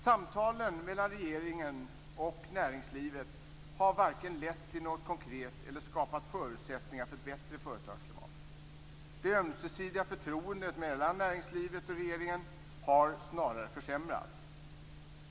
Samtalen mellan regeringen och näringslivet har varken lett till någonting konkret eller skapat förutsättningar för ett bättre företagsklimat. Det ömsesidiga förtroendet mellan näringslivet och regeringen har snarare försämrats.